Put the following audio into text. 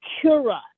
cura